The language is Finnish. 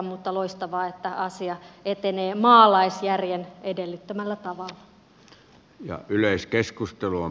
mutta loistavaa että asia etenee maalaisjärjen edellyttämällä tavalla